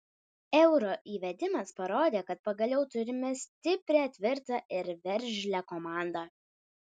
euro įvedimas parodė kad pagaliau turime stiprią tvirtą ir veržlią komandą